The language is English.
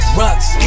rocks